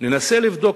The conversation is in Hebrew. ננסה לבדוק.